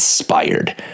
Inspired